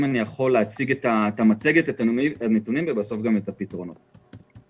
אציג במצגת את הנתונים ובסוף גם את הפתרונות.